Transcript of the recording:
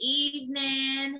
evening